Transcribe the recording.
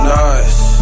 nice